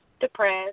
depressed